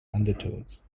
undertones